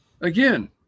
Again